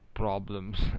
Problems